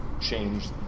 change